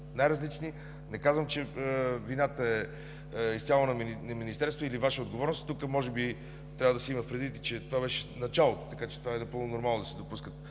Не казвам, че вината е изцяло на Министерството или е Ваша отговорност. Тук може би трябва да се има предвид – това беше в началото, че е напълно нормално да се допускат